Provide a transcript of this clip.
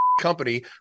company